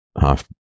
half